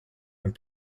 and